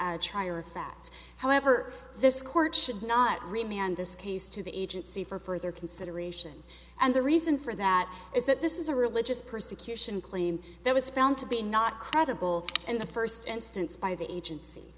higher fat however this court should not remain on this case to the agency for further consideration and the reason for that is that this is a religious persecution claim that was found to be not credible in the first instance by the agency